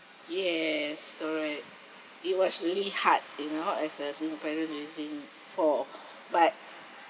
yes correct it was really hard you know as a single parent raising four but